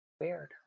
Weird